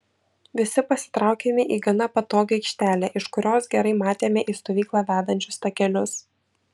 visi pasitraukėme į gana patogią aikštelę iš kurios gerai matėme į stovyklą vedančius takelius